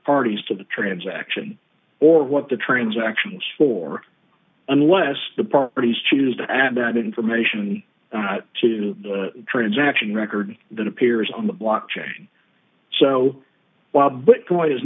parties to the transaction or what the transactions for unless the parties choose to add that information to the transaction record that appears on the block chain so wild but